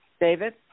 David